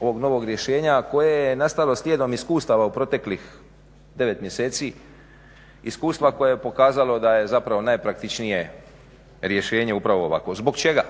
ovog novog rješenja koje je nastalo slijedom iskustava u proteklih 9 mjeseci, iskustva koje je pokazalo da je zapravo najpraktičnije rješenje upravo ovako. Zbog čega?